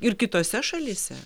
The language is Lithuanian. ir kitose šalyse